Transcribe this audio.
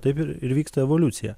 taip ir ir vyksta evoliucija